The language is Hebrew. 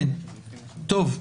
כן, נכון.